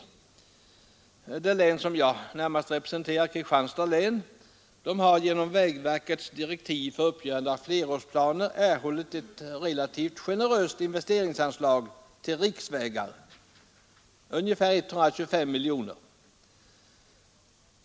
Det län som jag närmast representerar, Kristianstads län, har genom vägverkets direktiv för uppgörande av flerårsplaner erhållit ett relativt generöst invsteringsanslag till riksvägar, ungefär 125 miljoner kronor.